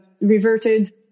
reverted